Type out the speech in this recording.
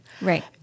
Right